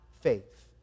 faith